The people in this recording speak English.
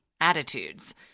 attitudes